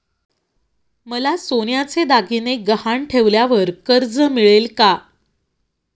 मला सोन्याचे दागिने गहाण ठेवल्यावर कर्ज मिळेल का?